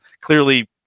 clearly